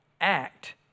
act